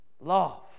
love